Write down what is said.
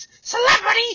celebrity